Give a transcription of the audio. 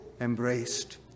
embraced